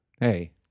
Hey